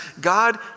God